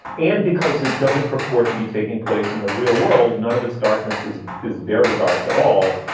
and because it doesn't purport to be taking place in the real world, none of it's darkness is is very dark at all.